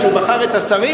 כשהוא בחר את השרים,